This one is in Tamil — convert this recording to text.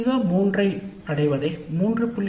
நாம் அடைய வேண்டும் CO3 3